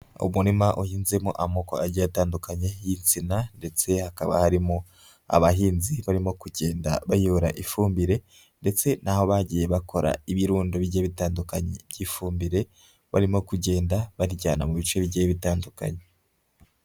Umurima uhinzemo amoko agiye atandukanye y'insina ndetse hakaba harimo abahinzi barimo kugenda bayora ifumbire, ndetse n'aho bagiye bakora ibirundo bigiye bitandukanye by'ifumbire, barimo kugenda barijyana mu bice bigiye bitandukanye.